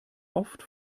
oft